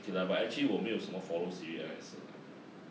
okay lah but actually 我没有什么 follows serie R 也是 lah